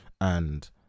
and-